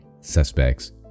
suspects